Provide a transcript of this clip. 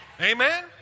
Amen